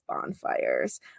bonfires